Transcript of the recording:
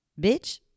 Bitch